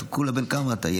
אתה, בן כמה אתה כולה?